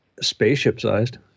spaceship-sized